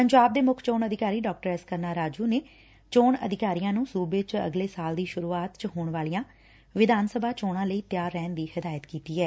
ਪੰਜਾਬ ਦੇ ਮੁੱਖ ਚੋਣ ਅਧਿਕਾਰੀ ਡਾ ਐਸ ਕੁਰਣਾ ਰਾਜੁ ਨੇ ਚੋਣ ਅਧਿਕਾਰੀਆਂ ਨੂੰ ਸੁਬੇ ਚ ਅਗਲੇ ਸਾਲ ਦੀ ਸੁਰੁਆਤ ਚ ਹੋਣ ਵਾਲੀਆਂ ਵਿਧਾਨ ਸਭਾ ਚੋਣਾਂ ਲਈ ਤਿਆਰ ਰਹਿਣ ਦੀ ਹਿਦਾਇਤ ਕੀਤੀ ਐ